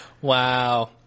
Wow